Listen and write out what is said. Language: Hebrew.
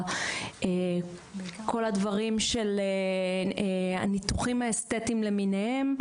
כל הדברים של הניתוחים האסתטיים למיניהם,